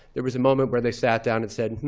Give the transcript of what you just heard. there was a moment where they sat down and said, and hm,